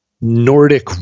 Nordic